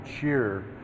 cheer